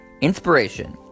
Inspiration